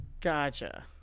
Gotcha